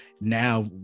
now